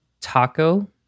taco